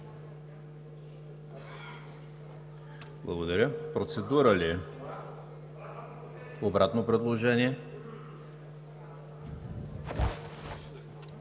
Благодаря. Процедура ли? Обратно предложение